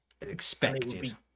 expected